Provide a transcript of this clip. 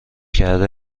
کرده